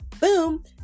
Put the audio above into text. boom